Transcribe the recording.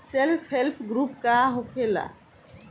Self help group का होखेला?